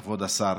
כבוד השר.